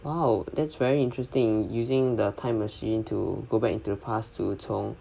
!wow! that's very interesting using the time machine to go back into the past to 从